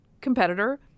competitor